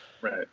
right